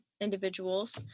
individuals